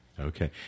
Okay